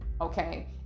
Okay